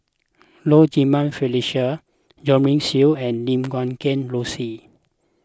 Low Jimenez Felicia Jo Marion Seow and Lim Guat Kheng Rosie